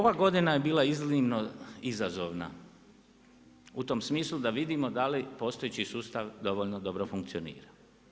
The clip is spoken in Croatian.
Ova godina je bila iznimno izazovna u tom smislu da vidimo da li postojeći sustav dovoljno dobro funkcionira.